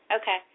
okay